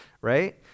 right